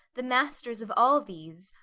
the master of all these,